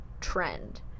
trend